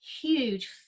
huge